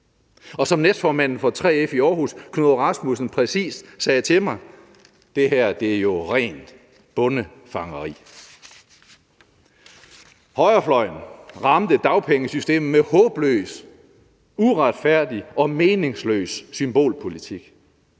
Som næstformanden for 3F i Aarhus, Knud Rasmussen, præcist sagde til mig: Det her er jo rent bondefangeri. Højrefløjen ramte dagpengesystemet med håbløs, uretfærdig og meningsløs symbolpolitik.